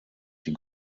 die